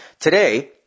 Today